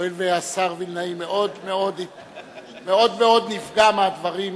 הואיל והשר וילנאי מאוד מאוד נפגע מהדברים,